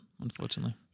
unfortunately